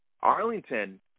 Arlington